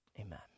amen